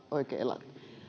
oikeilla